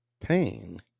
pain